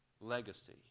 legacy